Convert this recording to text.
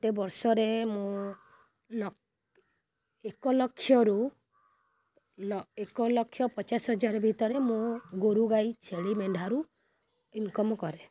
ଗୋଟେ ବର୍ଷରେ ମୁଁ ନ ଏକ ଲକ୍ଷରୁ ଲ ଏକଲକ୍ଷ ପଚାଶ ହଜାର ଭିତରେ ମୁଁ ଗୋରୁ ଗାଈ ଛେଳି ମେଣ୍ଢାରୁ ଇନକମ୍ କରେ